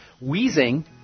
Wheezing